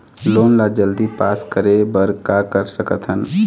Loan ला जल्दी pass करे बर का कर सकथन?